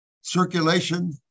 Circulation